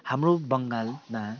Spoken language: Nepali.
हाम्रो बङ्गालमा